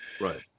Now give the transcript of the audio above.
Right